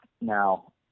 now